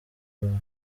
zahabu